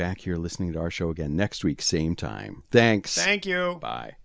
back you're listening to our show again next week same time thanks thank you bye